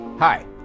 Hi